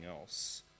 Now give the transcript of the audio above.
else